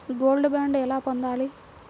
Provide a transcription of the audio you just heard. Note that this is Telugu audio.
గోల్డ్ బాండ్ ఎలా పొందాలి?